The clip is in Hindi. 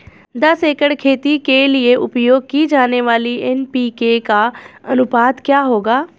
दस एकड़ खेती के लिए उपयोग की जाने वाली एन.पी.के का अनुपात क्या होगा?